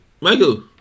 Michael